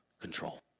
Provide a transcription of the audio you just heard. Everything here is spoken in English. control